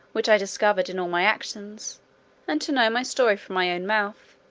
which i discovered in all my actions and to know my story from my own mouth,